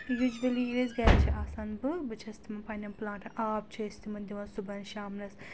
یوٗجؤلی ییٚلہِ أسۍ گَرِ چھِ آسان بہٕ بہٕ چھَس تِمَن پنٕنؠن پٕلانٹَن آب چھِ أسۍ تِمَن دِوان صُبحن شامنَس